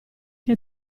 che